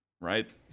right